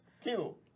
Two